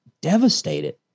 devastated